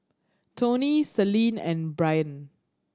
Toni Celine and Brain